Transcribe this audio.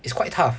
it's quite hard